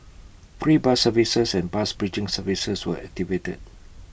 free bus services and bus bridging services were activated